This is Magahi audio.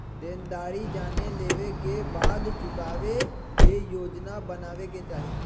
देनदारी जाने लेवे के बाद चुकावे के योजना बनावे के चाहि